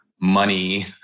money